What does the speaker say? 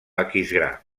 aquisgrà